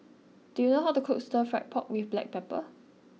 do you know how to cook Stir Fried Pork with Black Pepper